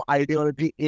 ideology